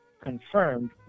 confirmed